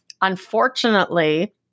unfortunately